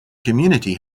community